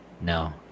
No